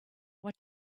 what